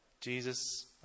Jesus